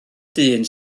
dyn